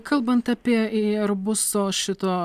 kalbant apie ierbuso šito